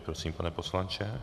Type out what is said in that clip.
Prosím, pane poslanče.